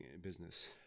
business